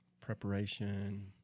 preparation